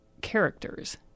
characters